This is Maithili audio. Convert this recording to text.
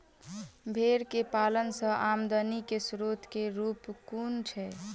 भेंर केँ पालन सँ आमदनी केँ स्रोत केँ रूप कुन छैय?